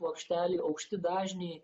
plokštelėj aukšti dažniai